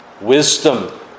wisdom